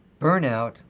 Burnout